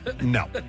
no